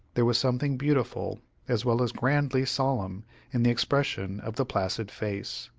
there was something beautiful as well as grandly solemn in the expression of the placid face.